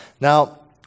Now